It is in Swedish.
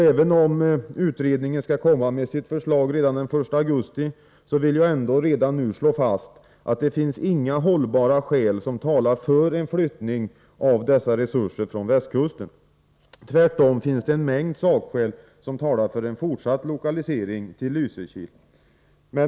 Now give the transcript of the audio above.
Även om utredningen skall komma med sitt förslag redan den 1 augusti, vill jag redan nu slå fast att det inte finns några hållbara skäl som talar för en flyttning av dessa resurser från västkusten. Tvärtom finns det en mängd sakskäl som talar för en fortsatt lokalisering till Lysekil.